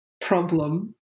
problem